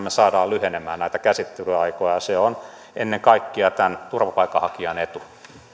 me saamme näillä menetelmillä lyhenemään näitä käsittelyaikoja ja se on ennen kaikkea tämän turvapaikanhakijan etu